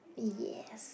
yes